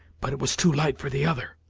but it was too light for the other.